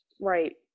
Right